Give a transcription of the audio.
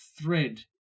thread